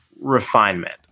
refinement